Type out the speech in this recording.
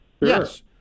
Yes